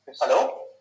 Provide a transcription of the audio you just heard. hello